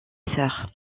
sœurs